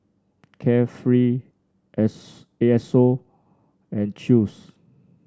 Carefree S A S O and Chew's